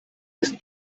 ist